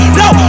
no